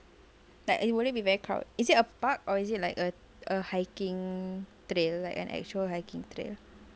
like would it be very crowd~ is it a park or is it like a a hiking trail like an actual hiking trail